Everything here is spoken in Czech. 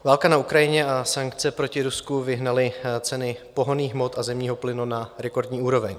Válka na Ukrajině a sankce proti Rusku vyhnaly ceny pohonných hmot a zemního plynu na rekordní úroveň.